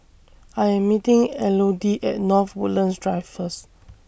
I Am meeting Elodie At North Woodlands Drive First